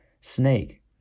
snake